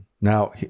Now